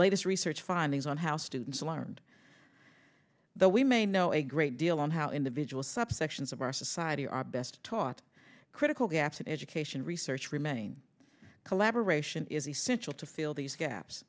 latest research findings on how students learned that we may know a great deal on how individuals subsections of our society are best taught critical gaps education research remain collaboration is essential to feel these gaps